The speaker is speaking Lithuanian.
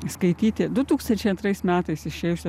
skaityti du tūkstančiai antrais metais išėjusią